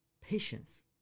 patience